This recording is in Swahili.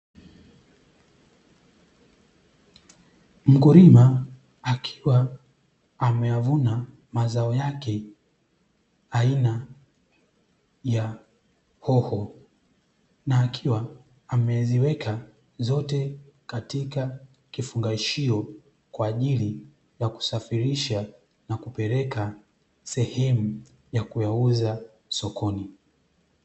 Mkulima akiwa ameyavuna mazao yake aina ya hoho, na akiwa ameziweka zote katika kifungashio kwa ajili ya kusafirisha na kupeleka sehemu ya kuyauza sokoni.